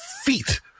feet